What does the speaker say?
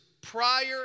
prior